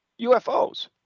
UFOs